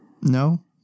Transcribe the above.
No